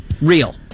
Real